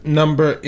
number